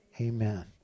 Amen